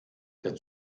der